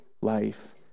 life